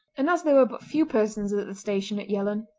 and as there were but few persons at the station at yellon,